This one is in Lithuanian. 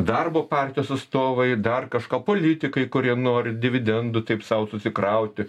darbo partijos atstovai dar kažką politikai kurie nori dividendų taip sau susikrauti